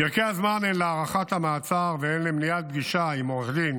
פרקי הזמן הן להארכת המעצר והן למניעת פגישה עם עורך דין